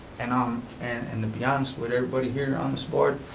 and um and and to be honest with everybody here on this board,